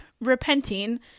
repenting